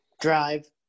drive